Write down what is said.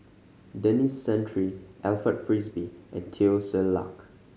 Denis Santry Alfred Frisby and Teo Ser Luck